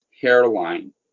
hairline